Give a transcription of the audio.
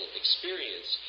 experience